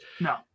No